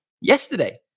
yesterday